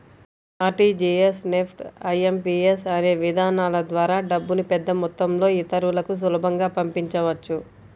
RTGS, NEFT, IMPS అనే విధానాల ద్వారా డబ్బుని పెద్దమొత్తంలో ఇతరులకి సులభంగా పంపించవచ్చు